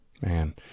man